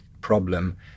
problem